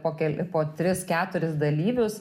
po keli po tris keturis dalyvius